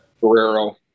Guerrero